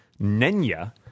Nenya